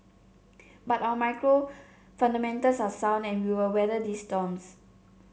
but our macro fundamentals are sound and we will weather these storms